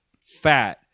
fat